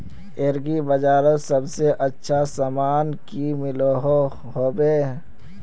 Agri बजारोत सबसे अच्छा सामान की मिलोहो होबे?